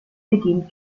beginnt